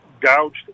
gouged